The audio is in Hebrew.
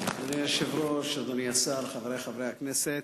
אדוני היושב-ראש, אדוני השר, חברי חברי הכנסת,